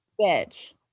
bitch